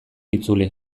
itzuli